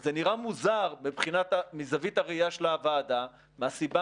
וזה נראה מוזר מזווית הראייה של הוועדה מהסיבה